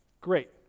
Great